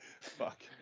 Fuck